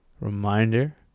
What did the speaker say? reminder